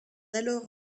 alors